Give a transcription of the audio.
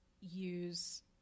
use